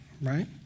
right